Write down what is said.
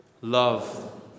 Love